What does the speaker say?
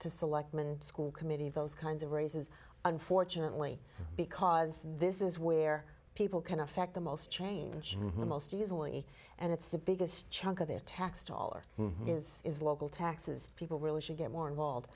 to selectmen school committee those kinds of races unfortunately because this is where people can affect the most change the most easily and it's the biggest chunk of their tax dollar is is local taxes people really should get more involved